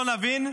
לא נבין.